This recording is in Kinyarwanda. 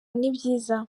nibyiza